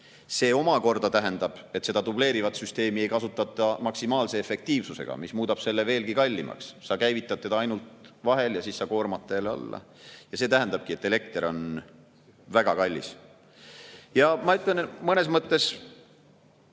See omakorda tähendab, et seda dubleerivat süsteemi ei kasutata maksimaalse efektiivsusega, mis muudab selle veelgi kallimaks. Sa käivitad seda ainult vahel ja siis sa koormad seda jälle alla. See tähendabki, et elekter on väga kallis. Mõnes mõttes